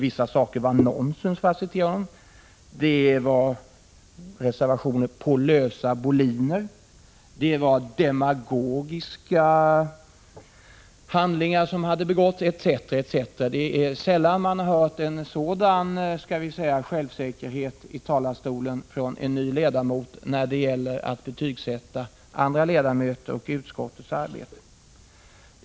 Vissa saker var ”nonsens”, för att citera honom, det var reservationer på ”lösa boliner”, det var ”demagogiska handlingar” som hade begåtts etc. Sällan har man hört en sådan självsäkerhet i talarstolen från en ny ledamot när det gäller att betygsätta andra ledamöter och utskottets arbete.